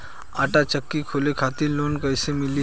आटा चक्की खोले खातिर लोन कैसे मिली?